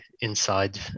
inside